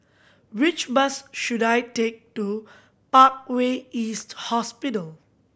which bus should I take to Parkway East Hospital